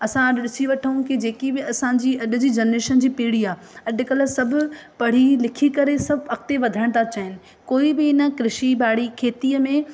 असां अॼु ॾिसी वठूं की जेकी बि असांजी अॼु जी जनरेशन जी पीड़ी आहे अॼुकल्ह सभु पढ़ी लिखी करे सभु अॻिते वधनि था चाहिनि कोई बि हिन कृषि ॿाड़ी खेतीअ में